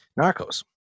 Narcos